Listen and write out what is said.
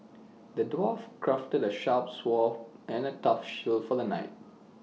the dwarf crafted A sharp sword and A tough shield for the knight